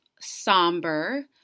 somber